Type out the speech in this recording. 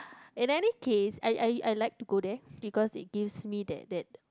and any case I I I like to go there because it gives me that that